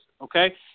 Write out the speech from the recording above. okay